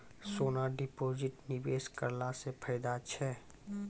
सोना deposit निवेश करला से फैदा छै?